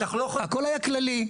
הכל היה כללי.